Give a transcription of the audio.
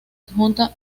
adjunta